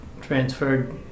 transferred